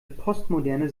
postmoderne